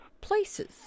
places